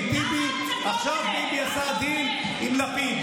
עכשיו ביבי עשה דיל עם לפיד.